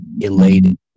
elated